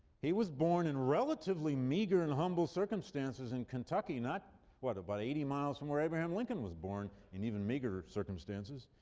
he was born in relatively meager and humble circumstances in kentucky, not what, about eighty miles from where abraham lincoln was born, in even meagerer circumstances.